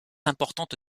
importante